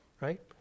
right